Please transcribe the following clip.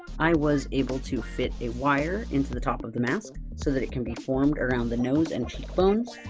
i was able to fit a wire into the top of the mask, so that it can be formed around the nose and cheekbones,